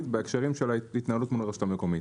בהקשרים של התנהלות מהרשות המקומית.